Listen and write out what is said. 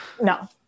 No